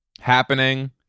happening